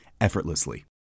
effortlessly